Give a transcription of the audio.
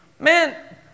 Man